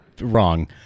Wrong